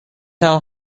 تونم